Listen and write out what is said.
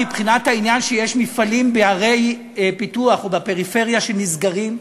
מבחינת זו שמפעלים בערי פיתוח ובפריפריה נסגרים,